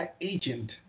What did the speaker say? agent